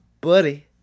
buddy